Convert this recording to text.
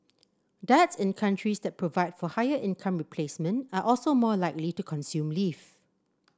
dads in countries that provide for higher income replacement are also more likely to consume leave